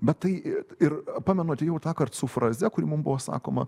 bet tai ir pamenu atėjau tąkart su fraze kuri mum buvo sakoma